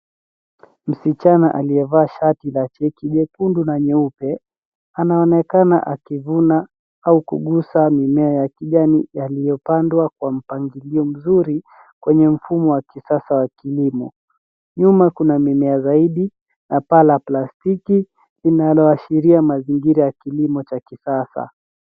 Msichana aliyevaa shati la cheki jekundu na nyeupe anaonekana akivuna au kugusa mimea ya kijani yaliyopandwa kwa mpangilio mzuri kwenye mfumo wa kisasa wa kilimo. Nyuma kuna mimea zaidi na paa la plastiki linaloashiria mazingira ya kilimo cha kisasa.